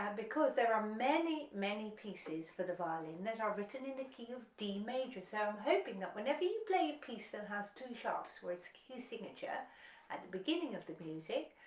um because there are many many pieces for the violin that are written in the key of d major, so i'm hoping that whenever you play a piece that has two sharps for it's key signature at the beginning of the music,